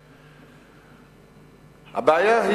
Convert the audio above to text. הבעיה,